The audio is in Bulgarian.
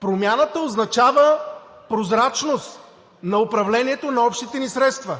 Промяната означава прозрачност на управлението на общите ни средства.